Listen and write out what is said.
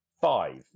Five